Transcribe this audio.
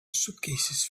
suitcases